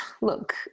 look